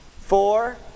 four